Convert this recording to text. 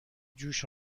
جوش